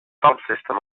subsystem